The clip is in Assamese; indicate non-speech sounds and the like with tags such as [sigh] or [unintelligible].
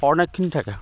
[unintelligible] থাকে